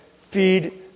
Feed